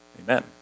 Amen